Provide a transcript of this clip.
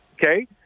okay